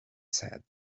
said